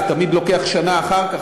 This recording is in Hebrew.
זה תמיד לוקח שנה אחר כך,